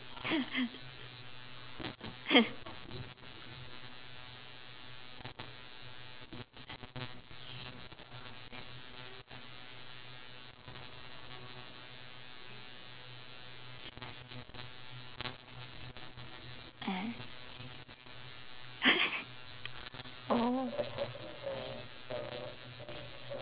(uh huh) oh